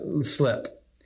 slip